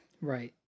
Right